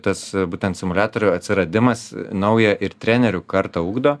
tas būtent simuliatorių atsiradimas naują ir trenerių karta ugdo